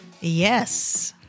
Yes